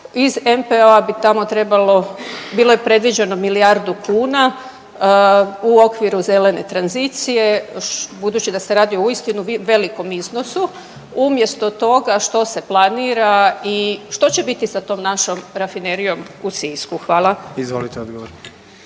Iz MPO-a bi tamo trebalo, bilo je predviđeno milijardu kuna u okviru zelene tranzicije budući da se radi o uistinu velikom iznosu umjesto toga što se planira i što će biti sa tom našom Rafinerijom u Sisku. Hvala. **Jandroković,